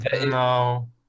No